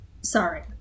Sorry